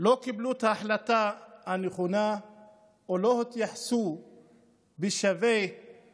לא קיבלו את ההחלטה הנכונה או לא התייחסו שווה בשווה